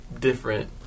different